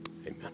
Amen